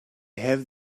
have